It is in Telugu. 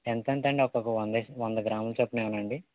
ఎంత ఎంతండి ఒక్కఒక్క వం వంద గ్రాముల చొప్పున ఇవ్వనాండి